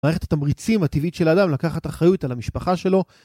מערכת התמריצים הטבעית של האדם לקחת אחריות על המשפחה שלו